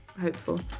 hopeful